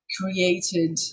created